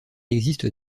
existe